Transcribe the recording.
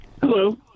Hello